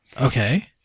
Okay